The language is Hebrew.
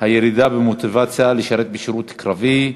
הירידה במוטיבציה לשירות קרבי,